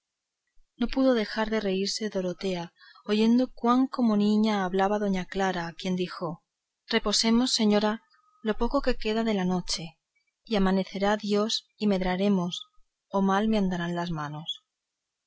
no pudo dejar de reírse dorotea oyendo cuán como niña hablaba doña clara a quien dijo reposemos señora lo poco que creo queda de la noche y amanecerá dios y medraremos o mal me andarán las manos